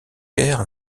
guerre